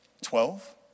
Twelve